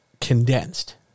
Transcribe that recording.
condensed